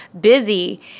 busy